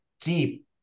deep